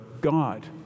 God